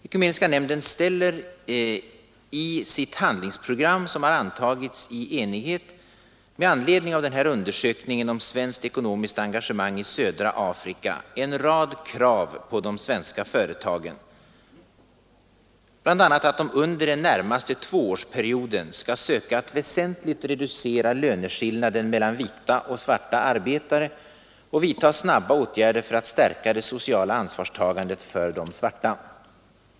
Ekumeniska nämnden ställer i sitt handlingsprogram — som har antagits i enighet — med anledning av dess undersökning om svenskt ekonomiskt engagemang i södra Afrika en rad krav på de svenska företagen, bl.a. att de under den närmaste tvåårsperioden skall söka att väsentligt reducera löneskillnaden mellan vita och svarta arbetare och vidta snabba åtgärder för att stärka det sociala ansvarstagandet för de svarta.